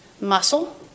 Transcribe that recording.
muscle